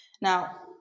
now